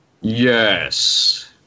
yes